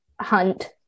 hunt